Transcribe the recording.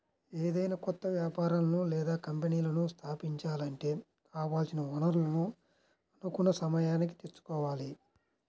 ఏదైనా కొత్త వ్యాపారాలను లేదా కంపెనీలను స్థాపించాలంటే కావాల్సిన వనరులను అనుకున్న సమయానికి తెచ్చుకోవాలి